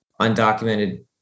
undocumented